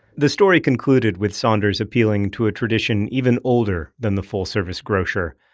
the story concluded with saunders appealing to a tradition even older than the full-service grocer,